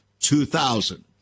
2000